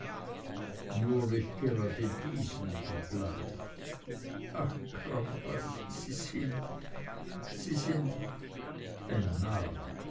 nur nicht gerade diesen vergleich ach crampas sie sind sie sind ein narr